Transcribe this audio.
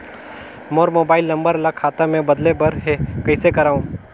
मोर mobile number ल खाता मे बदले बर हे कइसे करव?